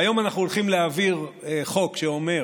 והיום אנחנו הולכים להעביר חוק שאומר